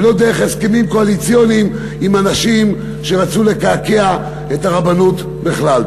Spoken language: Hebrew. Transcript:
ולא דרך הסכמים קואליציוניים עם אנשים שרצו לקעקע את הרבנות בכלל.